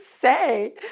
say